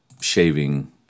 shaving